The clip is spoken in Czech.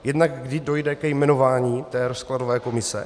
Jednak kdy dojde k jmenování rozkladové komise.